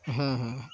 হ্যাঁ হ্যাঁ